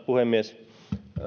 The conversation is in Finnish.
puhemies